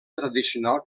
tradicional